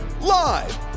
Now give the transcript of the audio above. Live